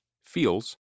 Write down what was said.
Feels